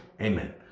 Amen